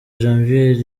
janvier